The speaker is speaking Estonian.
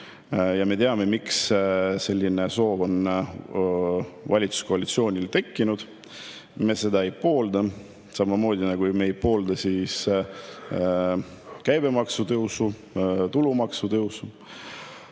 Me teame, miks selline soov on valitsuskoalitsioonil tekkinud, aga me seda ei poolda. Samamoodi, nagu me ei poolda käibemaksu tõusu, tulumaksu tõusu.